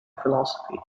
philosophy